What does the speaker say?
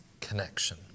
connection